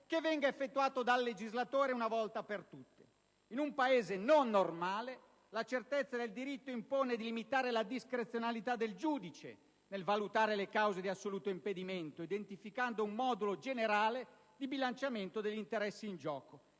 che venga effettuato dal legislatore una volta per tutte. In un Paese non normale la certezza del diritto impone di limitare la discrezionalità del giudice nel valutare le cause di assoluto impedimento, identificando un modulo generale di bilanciamento degli interessi in gioco